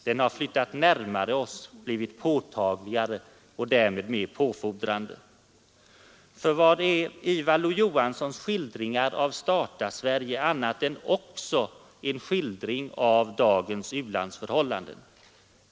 Den har flyttats närmare oss, blivit påtagligare och därmed mer påfordrande. För vad är Ivar Lo-Johanssons skildringar av Statarsverige annat än också en skildring av dagens u-landsförhållanden?